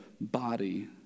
body